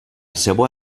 seua